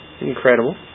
Incredible